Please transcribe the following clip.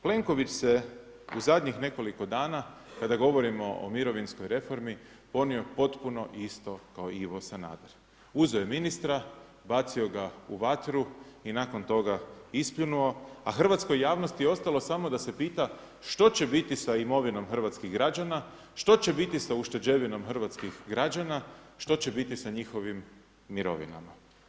Plenković se u zadnjih nekoliko dana kada govorimo o mirovinskoj reformi, ponio potpuno isto kao i Ivo Sanader, uzeo je ministra i bacio ga u vatru i nakon toga ispljunuo a hrvatskoj javnosti je ostalo samo da se pita što će biti sa imovinom hrvatskih građana, što će biti sa ušteđevinom hrvatskih građa, što će biti sa njihovim mirovinama.